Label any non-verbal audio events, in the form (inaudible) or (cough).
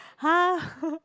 !huh! (laughs)